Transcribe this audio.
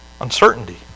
uncertainty